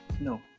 No